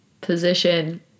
position